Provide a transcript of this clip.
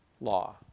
law